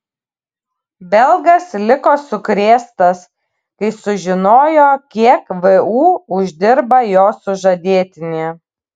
belgas liko sukrėstas kai sužinojo kiek vu uždirba jo sužadėtinė